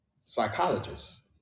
psychologists